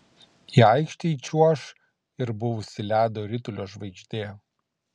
į aikštę įčiuoš ir buvusi ledo ritulio žvaigždė